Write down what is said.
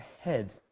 head